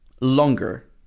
longer